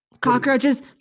cockroaches